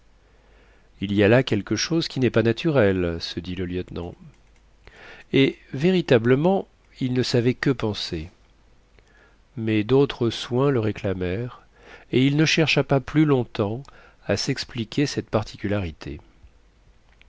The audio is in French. il y a là quelque chose qui n'est pas naturel se dit le lieutenant et véritablement il ne savait que penser mais d'autres soins le réclamèrent et il ne chercha pas plus longtemps à s'expliquer cette particularité